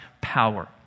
power